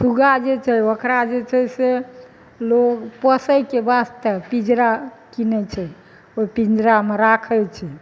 सुग्गा जे छै ओकरा जे छै से लोग पोसयके बास्ते पिजरा कीनै छै ओहि पिंजरामे राखै छै